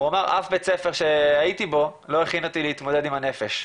הוא אמר אף בית ספר שהייתי בו לא הכין אותי למצבי נפש.